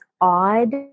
odd